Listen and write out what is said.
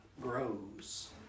grows